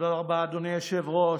תודה רבה, אדוני היושב-ראש.